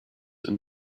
and